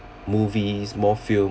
movies more films